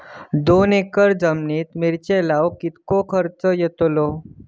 दोन एकर जमिनीत मिरचे लाऊक कितको खर्च यातलो?